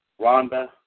Rhonda